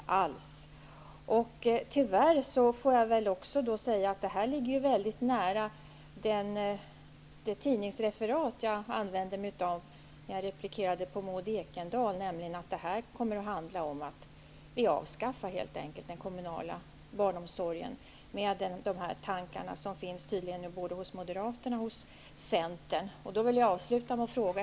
Jag måste tyvärr säga att detta ligger mycket nära det tidningsreferat jag använde när jag replikerade på Maud Ekendahl, nämligen att med de tankar som tydligen finns både hos Moderaterna och Centern kommer man att avskaffa den kommunala barnomsorgen.